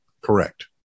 Correct